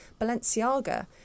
Balenciaga